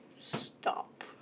stop